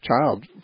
child